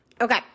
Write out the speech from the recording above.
Okay